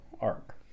arc